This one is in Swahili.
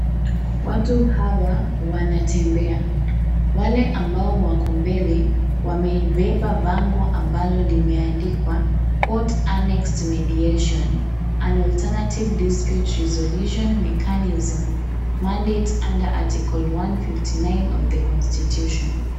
Watu hawa wanatembea. Wale ambao wako mbele wameibeba bango ambalo limeandikwa,(cs)court annexed mediation, an alternative dispute resolution mechanism, mandate under article 159 of the constitution(cs).